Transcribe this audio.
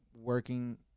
working